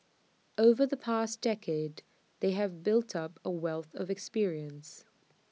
over the past decade they have built up A wealth of experience